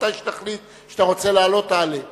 ברגע שתחליט שאתה רוצה לעלות, תעלה.